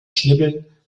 schnibbeln